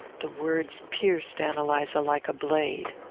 the words pierced ann eliza like a blade.